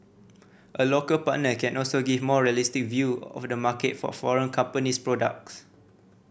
a local partner can also give a more realistic view of the market for foreign company's products